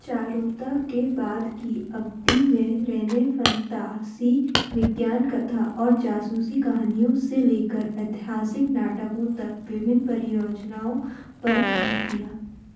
चारुलता के बाद की अवधि में रेने फंतासी विज्ञान कथा और जासूसी कहानियों से लेकर ऐतिहासिक नाटकों तक विभिन्न परियोजनाओं पर काम किया